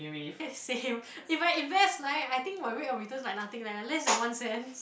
eh same if I invest like I think my rate of returns like nothing leh less than one cents